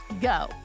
go